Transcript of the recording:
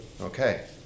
Okay